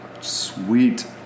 Sweet